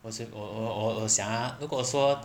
我 xi~ 我我我我想啊如果说